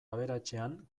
aberatsean